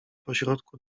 pośrodku